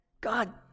God